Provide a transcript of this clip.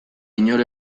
inor